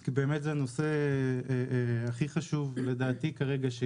כי זה הנושא הכי חשוב שיש כרגע לדעתי.